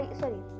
sorry